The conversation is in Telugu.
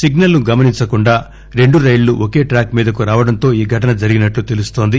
సిగ్సల్ ను గమనించకుండా రెండు రైళ్లు ఒకే ట్రాక్ మీదకు రావడంతో ఈ ఘటన జరిగినట్లు తెలుస్తోంది